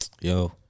Yo